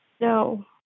No